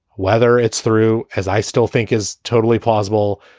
whether it's through as i still think is totally plausible,